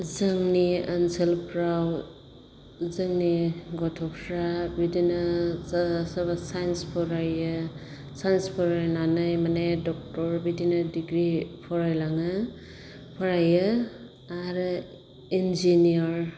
जोंनि ओनसोलफ्राव जोंनि गथ'फ्रा बिदिनो सोरबा साइन्स फरायो साइन्स फरायनानै माने ड'क्टर बिदिनो डिग्रि फरायलाङो फरायो आरो इन्जिनियर